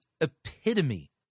epitome